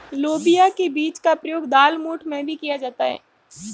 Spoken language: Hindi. लोबिया के बीज का प्रयोग दालमोठ में भी किया जाता है